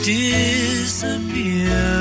disappear